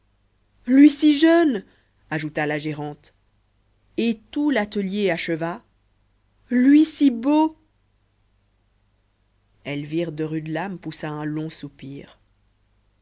lui si jeune ajouta la gérante et tout l'atelier acheva lui si beau elvire de rudelame poussa un long soupir